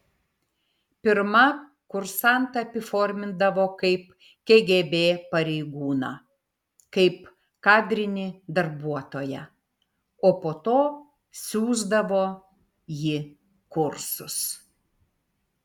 pirma kursantą apiformindavo kaip kgb pareigūną kaip kadrinį darbuotoją o po to siųsdavo į kursus